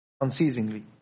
unceasingly